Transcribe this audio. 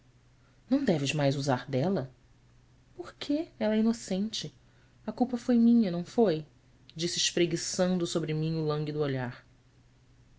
não deves mais usar dela or quê ela é inocente a culpa foi minha não foi disse espreguiçando sobre mim o lânguido olhar